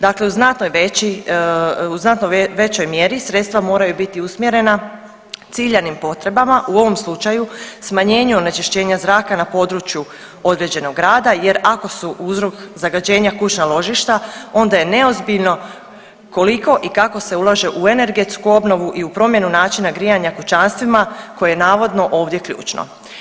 Dakle u znatno većoj mjeri sredstva moraju biti usmjerena ciljanim potrebama, u ovom slučaju smanjenju onečišćenja zraka na području određenog grada jer ako su uzrok zagađenja kućna ložišta onda je neozbiljno koliko i kako se ulaže u energetsku obnovu i u promjenu načina grijanja kućanstvima koje je navodno ovdje ključno.